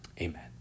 amen